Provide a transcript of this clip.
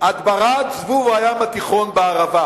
הדברת זבוב הים התיכון בערבה